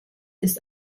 ist